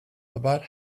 about